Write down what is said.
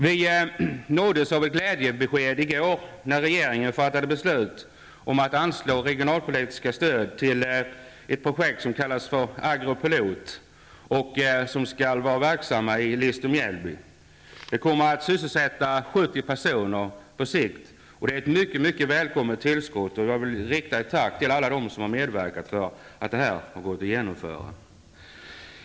Vi nåddes av ett glädjebesked i går, när regeringen fattade beslut om att anslå regionalpolitiskt stöd till ett projekt som kallas för Agropilot och som skall vara verksamt i Lister-Mjällby. Det kommer att sysselsätta 70 personer på sikt, och det är ett mycket välkommet tillskott. Jag vill rikta ett tack till alla dem som har medverkat till att detta har kunnat genomföras.